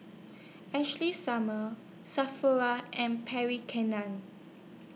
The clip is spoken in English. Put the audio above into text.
Ashley Summers Sephora and Pierre Ken NAN